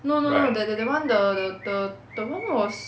no no no that that that [one] the the the that [one] was